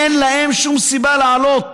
אין להם שום סיבה לעלות.